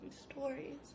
stories